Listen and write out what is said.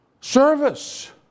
service